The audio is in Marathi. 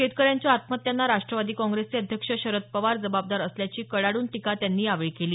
शेतकऱ्यांच्या आत्महत्यांना राष्टवादी काँग्रेसचे अध्यक्ष शरद पवार जबाबदार असल्याची कडाडून टीका त्यांनी यावेळी केली